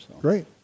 Great